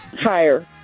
Higher